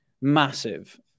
Massive